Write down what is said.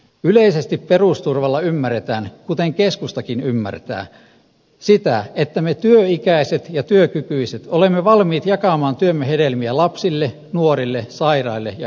yleisesti perusturvalla ymmärretään kuten keskustakin ymmärtää sitä että me työikäiset ja työkykyiset olemme valmiit jakamaan työmme hedelmiä lapsille nuorille sairaille ja eläkeläisille